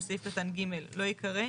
בסעיף קטן ג' לא יקרא.